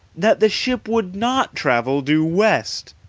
that the ship would not travel due west!